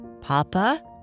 Papa